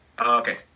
Okay